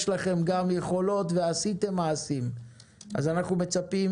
יש לכם גם יכולות ועשיתם מעשים אז אנחנו מצפים